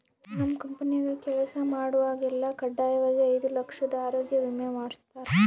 ನಮ್ ಕಂಪೆನ್ಯಾಗ ಕೆಲ್ಸ ಮಾಡ್ವಾಗೆಲ್ಲ ಖಡ್ಡಾಯಾಗಿ ಐದು ಲಕ್ಷುದ್ ಆರೋಗ್ಯ ವಿಮೆ ಮಾಡುಸ್ತಾರ